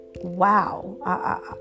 wow